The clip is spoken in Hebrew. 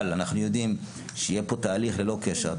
אבל אנחנו יודעים שיהיה פה תהליך ללא קשר.